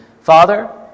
Father